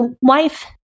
wife